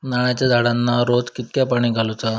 नारळाचा झाडांना रोज कितक्या पाणी घालुचा?